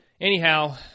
anyhow